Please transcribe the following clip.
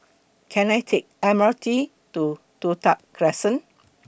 Can I Take The M R T to Toh Tuck Crescent